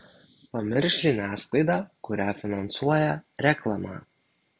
pamiršk žiniasklaidą kurią finansuoja reklama